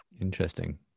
Interesting